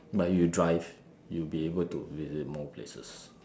but you drive you'll be able to visit more places